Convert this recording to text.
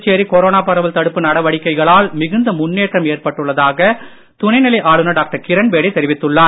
Puducherry corona பரவல் தடுப்பு நடவடிக்கைகளால் மிகுந்த முன்னேற்றம் ஏற்பட்டுள்ளதாக துணைநிலை ஆளுநர் டாக்டர் கிரண்பேடி தெரிவித்துள்ளார்